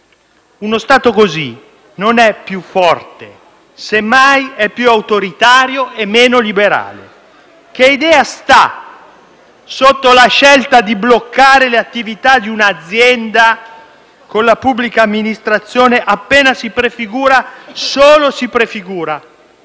Uno Stato così non è più forte, semmai è più autoritario e meno liberale. Che idea sta sotto la scelta di bloccare le attività di un'azienda con la pubblica amministrazione, appena si prefigura - solo si prefigura